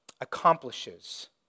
accomplishes